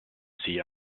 sie